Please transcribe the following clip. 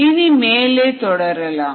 இனி மேலே தொடரலாம்